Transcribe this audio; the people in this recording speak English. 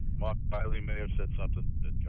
mark reilly may have said something that